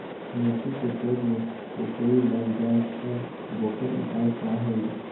मिर्ची के पेड़ में कोकरी लग जाये त वोकर उपाय का होई?